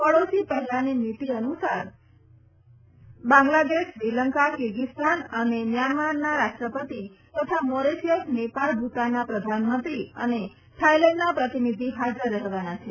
પડોશી પહેલાની નીતિ અનુસાર બાંગ્લાદેશ શ્રીલંકા કિર્ગીસ્તાન અને મ્યાંમારના રાષ્ટ્રપતિ તથા મોરિશિયસ નેપાળ ભુતાનના પ્રધાનમંત્રી અને થાઈલેન્ડના પ્રતિનિધિ હાજર રહેવાના છે